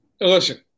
Listen